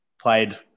played